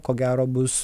ko gero bus